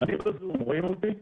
ששומעים אותי קצת.